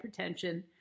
hypertension